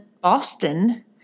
Boston